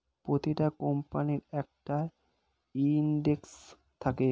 প্রতিটা কোম্পানির একটা ইন্ডেক্স থাকে